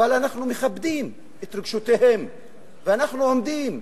אבל אנחנו מכבדים את רגשותיהם ואנחנו עומדים,